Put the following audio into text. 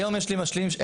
היום יש לי משלים שב"ן,